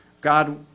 God